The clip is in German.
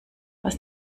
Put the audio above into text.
was